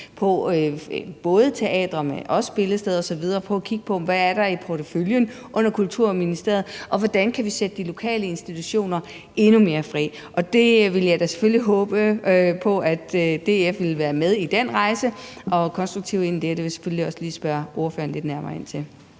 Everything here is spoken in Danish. til både teatrene og spillestederne osv. er i porteføljen under Kulturministeriet, og hvordan vi kan sætte de lokale institutioner endnu mere fri. Og der vil jeg da selvfølgelig håbe på, at DF vil være med på den rejse og gå konstruktivt ind i det her. Det vil jeg selvfølgelig også lige spørge ordføreren lidt nærmere om. Kl.